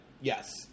yes